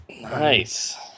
nice